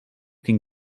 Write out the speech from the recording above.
can